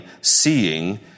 seeing